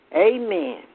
Amen